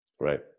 right